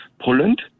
Poland